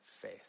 faith